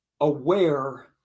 aware